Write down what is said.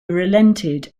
relented